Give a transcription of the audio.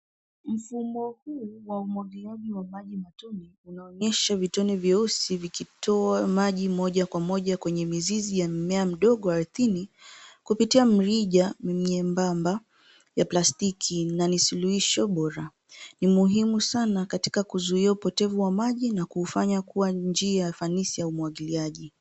Mfumo huu wa umwagiliaji wa maji matone unaonyesha vitone vyeusi vikitoa maji moja kwa moja kwenye mizizi ya mmea mdogo ardhini kupitia mrija nyebamba ya plastiki na ni suluhisho bora. Ni muhimu sana katika kuzuia upotevu wa maji na kuufanya kuwa njia fanisi ya umwagiliaji.